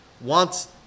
wants